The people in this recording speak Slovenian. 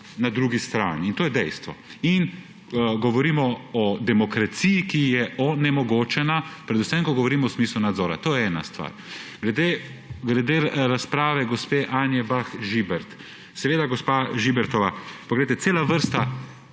na drugi strani. To je dejstvo. Govorimo o demokraciji, ki je onemogočena, predvsem ko govorimo v smislu nadzora. To je ena stvar. Glede razprave gospe Anje Bah Žibert. Seveda, gospa Žibertova, poglejte, cela vrsta